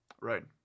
Right